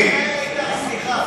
סליחה,